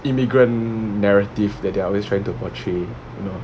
immigrant narrative that they are always trying to portray you know